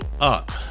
up